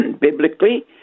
biblically